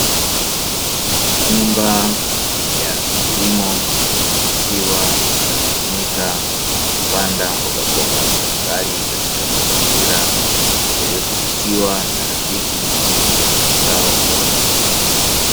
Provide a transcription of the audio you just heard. Nyumba ya kilimo ikiwa inatumika kupanda mbogamboga mbalimbali, katika mazingira yaliyodhibitiwa na rafiki ili kupata mazao bora.